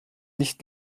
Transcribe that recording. nicht